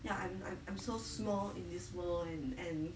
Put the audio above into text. ya I'm I'm I'm so small in this world and and